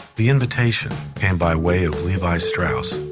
the invitation and by way of levi strauss,